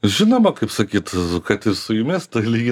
žinoma kaip sakyt kad ir su jumis lygiai